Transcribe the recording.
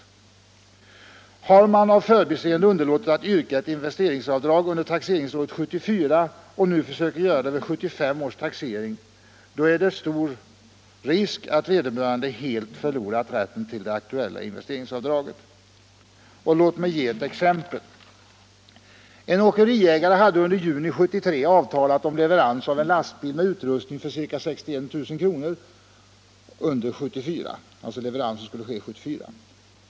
— förhindra rättsför Har man av förbiseende underlåtit att yrka ett investeringsavdrag under = luster vid intaxeringsåret 1974 och nu försöker göra det vid 1975 års taxering, då - komsttaxeringen i är det stor risk att vederbörande helt förlorat rätten till det aktuella in — vissa fall av ringa vesteringsavdraget. försumlighet Låt mig ge ett exempel. En åkeriägare hade under juni 1973 avtalat om leverans av en lastbil med utrustning för ca 61 000 kr. under 1974.